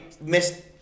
miss